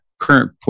current